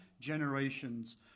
generations